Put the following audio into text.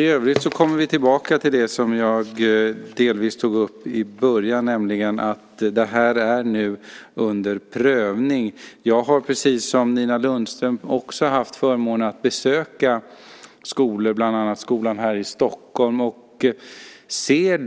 I övrigt kommer jag tillbaka till det som jag delvis tog upp i början, nämligen att det här nu är under prövning. Jag har precis som Nina Lundström haft förmånen att besöka olika skolor, bland annat skolan här i Stockholm, och ser